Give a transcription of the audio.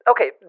Okay